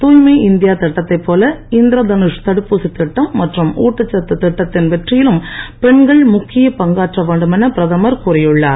தூய்மை இந்தியா திட்டத்தைபோல இந்திரதனுஷ் தடுப்பூசித்திட்டம் மற்றும் ஊட்டச்சத்து திட்டத்தின் வெற்றியிலும் பெண்கள் முக்கிய பங்காற்ற வேண்டும் என பிரதமர் கூறியுள்ளார்